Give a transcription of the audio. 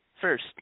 First